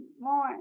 more